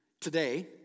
today